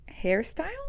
hairstyle